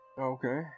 Okay